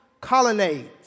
colonnades